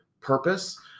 purpose